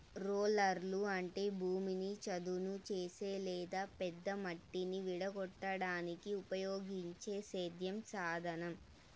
రోలర్లు అంటే భూమిని చదును చేసే లేదా పెద్ద మట్టిని విడగొట్టడానికి ఉపయోగించే సేద్య సాధనం